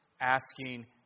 asking